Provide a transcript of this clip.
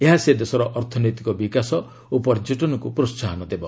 ଏହା ସେ ଦେଶର ଅର୍ଥନୈତିକ ବିକାଶ ଓ ପର୍ଯ୍ୟଟନକୁ ପ୍ରୋହାହନ ଦେବ